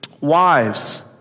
wives